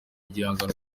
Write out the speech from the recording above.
igihangano